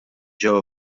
ġew